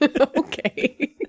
Okay